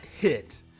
hit